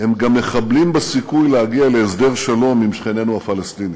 הם גם מחבלים בסיכוי להגיע להסדר שלום עם שכנינו הפלסטינים.